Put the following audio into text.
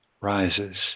rises